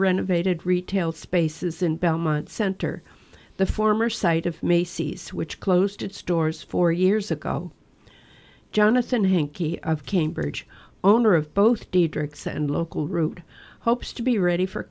renovated retail spaces in belmont center the former site of macy's which closed its stores four years ago jonathan hankie of cambridge owner of both didrikson and local route hopes to be ready for